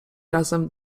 razem